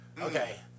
Okay